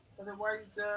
Otherwise